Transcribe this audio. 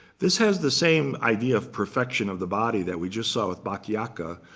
this has the same idea of perfection of the body that we just saw with bacchiacca.